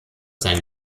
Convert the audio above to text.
sein